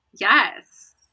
Yes